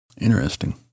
interesting